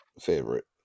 favorite